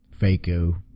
FACO